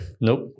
Nope